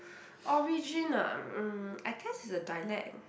origin ah mm I guess it's a dialect